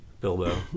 Bilbo